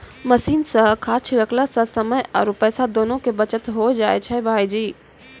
machine सॅ खाद छिड़कला सॅ समय आरो पैसा दोनों के बचत होय जाय छै भायजी